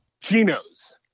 Geno's